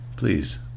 Please